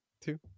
two